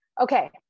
Okay